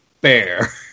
bear